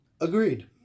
Agreed